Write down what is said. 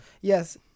yes